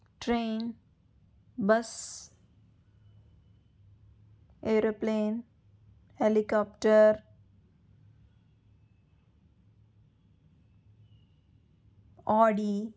train bus aeroplane helicopter Audi